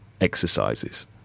exercises